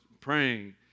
praying